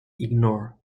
ignore